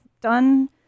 done